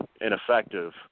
ineffective